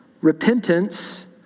repentance